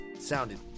sounded